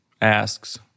asks